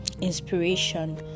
inspiration